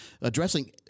addressing